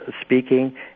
speaking